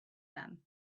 them